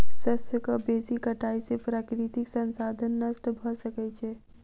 शस्यक बेसी कटाई से प्राकृतिक संसाधन नष्ट भ सकै छै